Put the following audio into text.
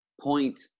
point